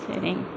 சரிங்க